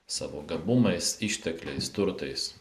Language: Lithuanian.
savo gabumais ištekliais turtais